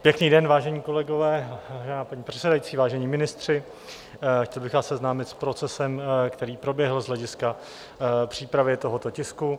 Pěkný den, vážení kolegové, paní předsedající, vážení ministři, chtěl bych vás seznámit s procesem, který proběhl z hlediska přípravy tohoto tisku.